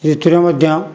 ଋତୁରେ ମଧ୍ୟ